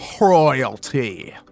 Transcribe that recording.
royalty